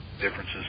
differences